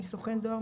מסוכן דואר,